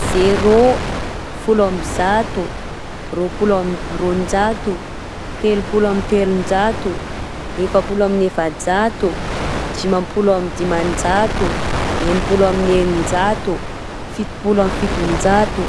Zerô, folo amby zato, rôpolo amby roanjato, telopolo amby telonjato, efapolo amby efajato, dimapolo amby dimanjato, enipolo amby eninjato, fitopolo amby fitonjato,